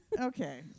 okay